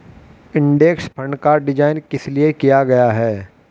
Index fund का design किस लिए किया गया है?